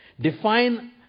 Define